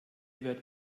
wird